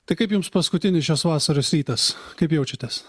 tai kaip jums paskutinis šios vasaros rytas kaip jaučiatės